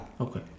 Okay